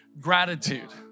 gratitude